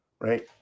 right